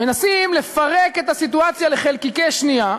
מנסים לפרק את הסיטואציה לחלקיקי שנייה,